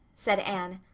said anne.